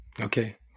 okay